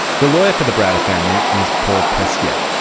the lawyer for the browder family is paul prestia.